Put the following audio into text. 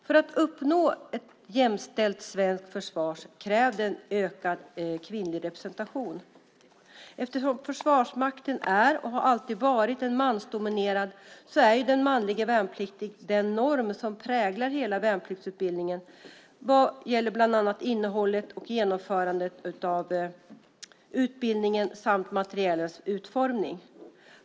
För att uppnå ett jämställt svenskt försvar krävs en ökad kvinnlig representation. Eftersom Försvarsmakten är och alltid har varit mansdominerad är den manlige värnpliktige den norm som präglar hela värnpliktsutbildningen vad gäller bland annat innehållet och genomförandet av utbildningen samt materielens utformning.